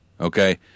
okay